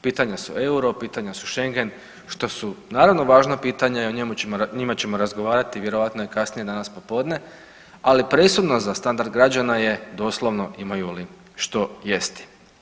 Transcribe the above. Pitanja su euro, pitanja su schengen, što su naravno važna pitanja i o njima ćemo razgovarati vjerojatno i kasnije danas popodne, ali presudno za standard građana je doslovno imaju li što jesti.